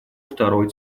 второй